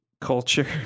culture